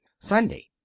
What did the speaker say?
Sunday